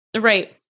Right